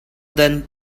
than